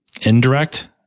indirect